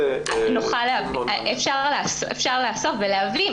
אפשר לאסוף ולהביא.